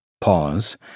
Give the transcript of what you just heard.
pause